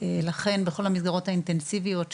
לכן בכל המסגרות האינטנסיביות שלנו,